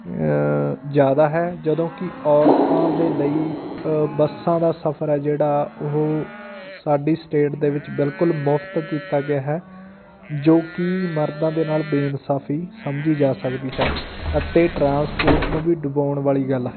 ਜ਼ਿਆਦਾ ਹੈ ਜਦੋਂ ਕਿ ਔਰਤਾਂ ਦੇ ਲਈ ਬੱਸਾਂ ਦਾ ਸਫ਼ਰ ਹੈ ਜਿਹੜਾ ਉਹ ਸਾਡੀ ਸਟੇਟ ਦੇ ਵਿੱਚ ਬਿਲਕੁਲ ਮੁਫ਼ਤ ਕੀਤਾ ਗਿਆ ਹੈ ਜੋ ਕਿ ਮਰਦਾਂ ਦੇ ਨਾਲ ਬੇਇਨਸਾਫੀ ਸਮਝੀ ਜਾ ਸਕਦੀ ਹੈ ਅਤੇ ਟਰਾਂਸਪੋਰਟ ਨੂੰ ਵੀ ਡੁਬੋਣ ਵਾਲੀ ਗੱਲ ਹੈ